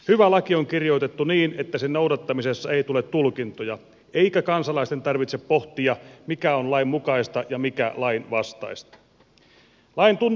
hyvä laki on kirjoitettu niin että sen noudattamisessa ei tule tulkintoja eikä kansalaisten tarvitse pohtia mikä on lain mukaista ja mikä lain vastaista